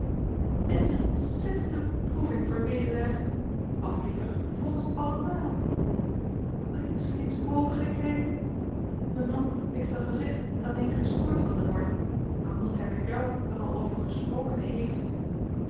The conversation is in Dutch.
het is een ontzettende beproeving voor wedelaar of liever voor ons allemael wil je misschien eens boven gaan kijken me man heeft wel gezegd dat hij niet gestoord wilde worden maar omdat hij met jou er al over gesproken hééft